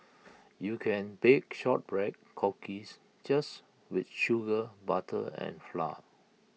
you can bake Shortbread Cookies just with sugar butter and flour